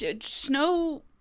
snow